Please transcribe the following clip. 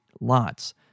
lots